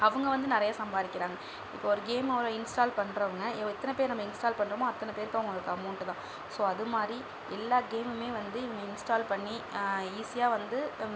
அவங்க வந்து நிறையா சம்பாதிக்கிறாங்க இப்போ ஒரு கேமை இன்ஸ்டால் பண்ணுறவங்க எத்தனை பேர் நம்ம இன்ஸ்டால் பண்ணுறமோ அத்தனை பேருக்கு அவங்களுக்கு அமௌண்ட்டு தான் ஸோ அது மாதிரி எல்லா கேமுமே வந்து இவங்க இன்ஸ்டால் பண்ணி ஈஸியாக வந்து